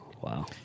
Wow